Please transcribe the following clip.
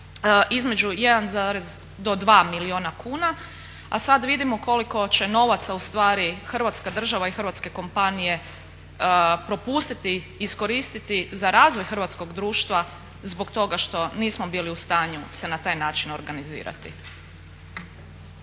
zarez do 2 milijuna kuna, a sad vidimo koliko će novaca u stvari Hrvatska država i hrvatske kompanije propustiti iskoristiti za razvoj hrvatskog društva zbog toga što nismo bili u stanju se na taj način organizirati.